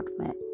admit